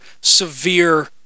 severe